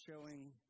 showing